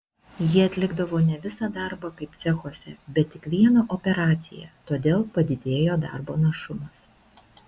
jie atlikdavo ne visą darbą kaip cechuose bet tik vieną operaciją todėl padidėjo darbo našumas